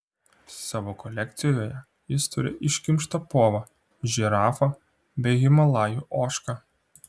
savo kolekcijoje jis turi iškimštą povą žirafą bei himalajų ožką